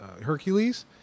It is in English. Hercules